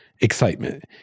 excitement